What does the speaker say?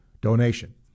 donation